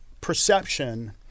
perception